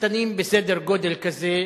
משפטנים בסדר-גודל כזה,